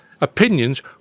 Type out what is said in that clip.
opinions